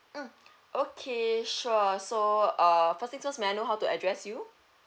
mm okay sure so uh first things first may I know how to address you